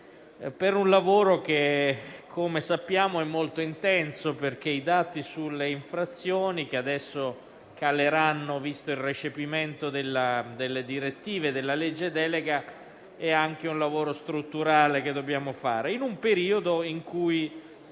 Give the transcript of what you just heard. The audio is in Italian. di un lavoro, come sappiamo, molto intenso. I dati sulle infrazioni, che adesso caleranno visto il recepimento delle direttive della legge delega, ci dicono che è anche un lavoro strutturale quello che dobbiamo fare in un periodo in cui